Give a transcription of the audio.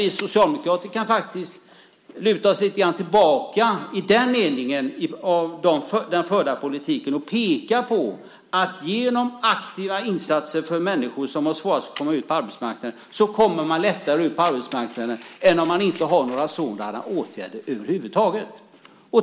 Vi socialdemokrater kan faktiskt luta oss lite grann tillbaka i den meningen, med den förda politiken, och peka på att genom aktiva insatser för människor som har svårast att komma ut på arbetsmarknaden kommer de lättare ut på arbetsmarknaden än om det inte finns några sådana åtgärder över huvud taget.